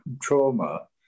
trauma